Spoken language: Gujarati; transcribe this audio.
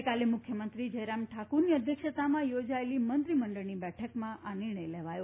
ગઇકાલે મુખ્યમંત્રી જયરામ ઠાકુરની અધ્યક્ષતામાં યોજાયેલી મંત્રીમંડળની બેઠકમાં આ નિર્ણય લેવાયો